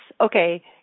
okay